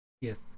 Yes